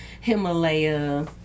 Himalaya